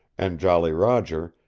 and jolly roger,